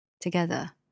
Together